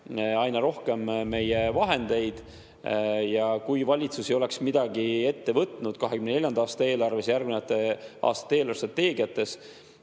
aina rohkem meie vahendeid. Ja kui valitsus ei oleks midagi ette võtnud 2024. aasta eelarves, järgnevate aastate eelarvestrateegias,